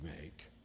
make